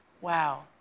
Wow